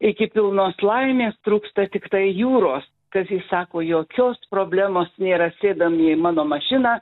iki pilnos laimės trūksta tiktai jūros kazys sako jokios problemos nėra sėdam į mano mašiną